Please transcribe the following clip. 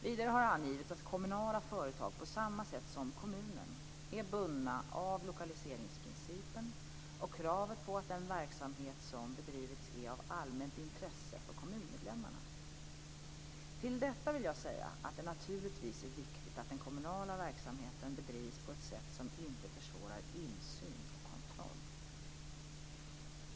Vidare har angivits att kommunala företag på samma sätt som kommunen är bundna av lokaliseringsprincipen och kravet på att den verksamhet som bedrivits är av allmänt intresse för kommunmedlemmarna. Till detta vill jag säga att det naturligtvis är viktigt att den kommunala verksamheten bedrivs på ett sätt som inte försvårar insyn och kontroll.